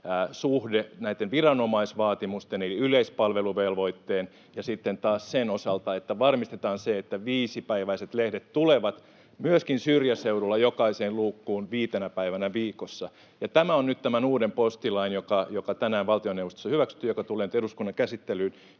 suhde viranomaisvaatimusten eli yleispalveluvelvoitteen ja sitten taas sen osalta, että varmistetaan se, että viisipäiväiset lehdet tulevat myöskin syrjäseudulla jokaiseen luukkuun viitenä päivänä viikossa. Ja tämä on nyt tämän uuden postilain ydin, joka tänään valtioneuvostossa on hyväksytty ja joka tulee nyt eduskunnan käsittelyyn.